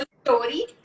story